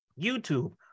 YouTube